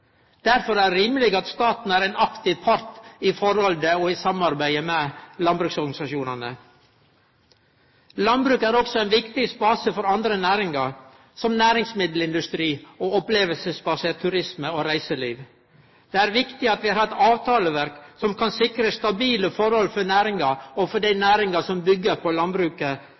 Derfor er det rimeleg at staten er ein aktiv part i forholdet og i samarbeidet med landbruksorganisasjonane. Landbruket er også ein viktig basis for andre næringar som næringsmiddelindustri og opplevingsbasert turisme og reiseliv. Det er viktig at vi har eit avtaleverk som kan sikre stabile forhold for næringa og for dei næringane som byggjer på landbruket,